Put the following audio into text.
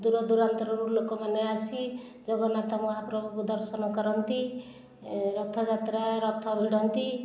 ଦୂରଦୂରାନ୍ତରୁ ଲୋକମାନେ ଆସି ଜଗନ୍ନାଥ ମହାପ୍ରଭୁଙ୍କୁ ଦର୍ଶନ କରନ୍ତି ରଥଯାତ୍ରା ରଥ ଭିଡ଼ନ୍ତି